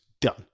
done